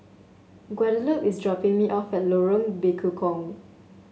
Guadalupe is dropping me off at Lorong Bekukong